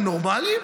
הם נורמליים?